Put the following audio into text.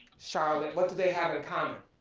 charlotte, what do they have in common,